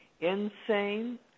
insane